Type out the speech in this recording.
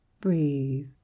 Breathe